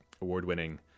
award-winning